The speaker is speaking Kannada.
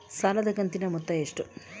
ಸಾಲದ ಕಂತಿನ ಮೊತ್ತ ಎಷ್ಟು?